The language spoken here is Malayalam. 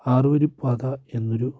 ആറുവരിപ്പാത എന്നൊരു